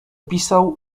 pisał